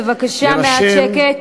בבקשה מעט שקט.